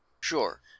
Sure